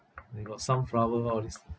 there got sunflower all this